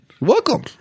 welcome